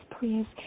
please